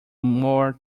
more